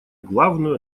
главную